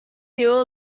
eel